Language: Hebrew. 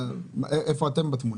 איפה אתם בתמונה?